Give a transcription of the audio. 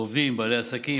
בעובדים, בבעלי עסקים.